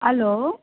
hello